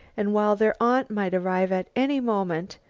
and while their aunt might arrive at any moment,